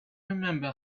remember